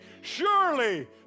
surely